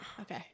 okay